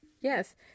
Yes